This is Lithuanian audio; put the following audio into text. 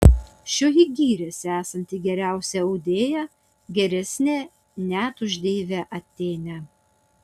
šioji gyrėsi esanti geriausia audėja geresnė net už deivę atėnę